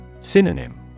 Synonym